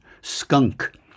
skunk